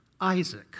Isaac